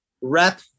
rep